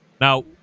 Now